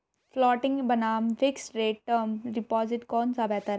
Floating बनाम fixed rate term deposit कौन सा बेहतर है?